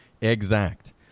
exact